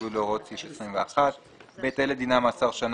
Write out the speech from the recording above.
בניגוד להוראות סעיף 20. מי